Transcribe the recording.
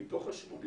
מתוך ה-85